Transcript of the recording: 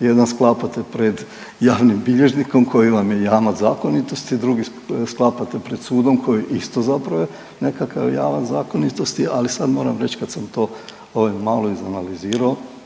jedan sklapate pred javnim bilježnikom koji vam je jamac zakonitosti, drugi sklapate pred sudom koji isto zapravo je nekakav jamac zakonitosti, ali sad moram reći kad sam to ovaj malo izanalizirao,